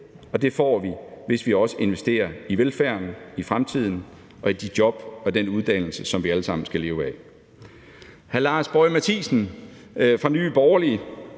og det får vi, hvis vi også investerer i velfærden i fremtiden og i de job og den uddannelse, som vi alle sammen skal leve af.